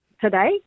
today